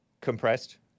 compressed